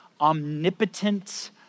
omnipotent